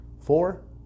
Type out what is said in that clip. Four